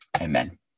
Amen